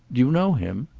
do you know him?